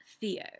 Theo